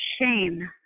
shame